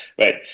right